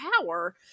power